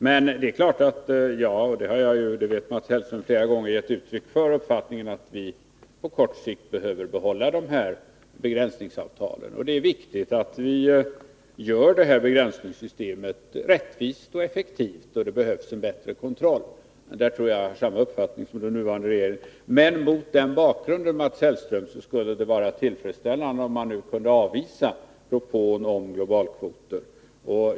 Men jag har — och det vet Mats Hellström — flera gånger gett uttryck för uppfattningen att vi på kort sikt behöver behålla dessa begränsningsavtal. Det är viktigt att vi gör begränsningssystemet rättvist och effektivt, och det behövs en bättre kontroll. Därvidlag tror jag att jag har samma uppfattning som den nuvarande regeringen. Mot den bakgrunden, Mats Hellström, skulle det vara tillfredsställande, om man nu kunde avvisa propån om globalkvoter.